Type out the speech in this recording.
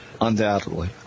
Undoubtedly